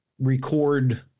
record